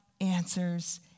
answers